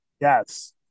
Yes